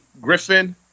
Griffin